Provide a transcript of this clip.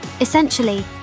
Essentially